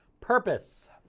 Purpose